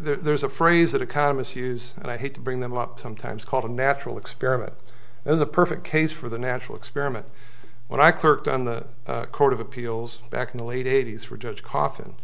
there's a phrase that economists use and i hate to bring them up sometimes called a natural experiment as a perfect case for the natural experiment when i clerked on the court of appeals back in the late eighty's for judge kaufman